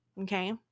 Okay